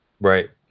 Right